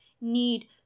need